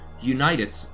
united